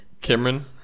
Cameron